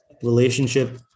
relationship